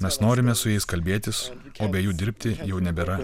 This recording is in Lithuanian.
mes norime su jais kalbėtis o be jų dirbti jau nebėra